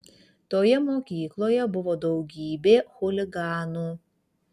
toje mokykloje buvo daugybė chuliganų